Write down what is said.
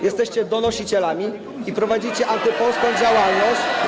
Jesteście donosicielami i prowadzicie antypolską działalność